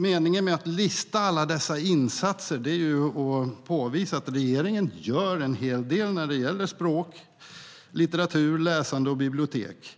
Meningen med att lista alla dessa insatser är att påvisa att regeringen gör en hel del när det gäller språk, litteratur, läsande och bibliotek.